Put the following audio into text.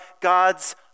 God's